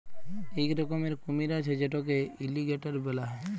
ইক রকমের কুমির আছে যেটকে এলিগ্যাটর ব্যলা হ্যয়